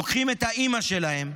לוקחים את אימא שלהם,